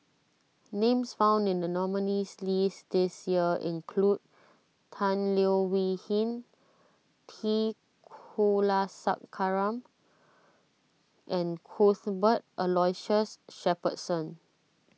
names found in the nominees' list this year include Tan Leo Wee Hin T Kulasekaram and Cuthbert Aloysius Shepherdson